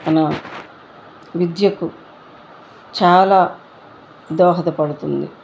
మన విద్యకు చాలా దోహదపడుతుంది